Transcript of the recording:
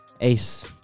Ace